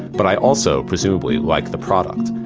but i also presumably like the product,